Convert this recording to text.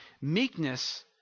Meekness